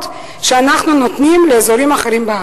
שאנחנו נותנים לאזורים אחרים בארץ.